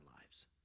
lives